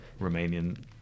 Romanian